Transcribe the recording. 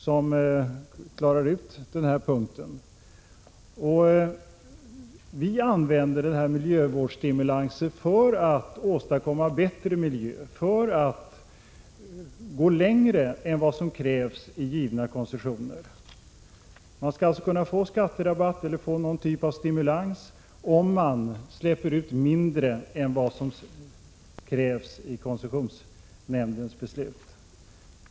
Vi vill använda miljövårdsstimulanser för att åstadkomma bättre miljö, för att kunna gå längre än vad som bestämts i givna koncessioner. Man skulle alltså kunna få skatterabatt eller någon typ av stimulans om man släpper ut mindre föroreningar än vad som tillåts enligt koncessionsnämndens beslut.